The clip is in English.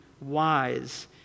wise